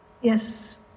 Yes